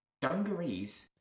dungarees